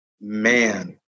Man